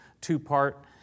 two-part